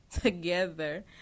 together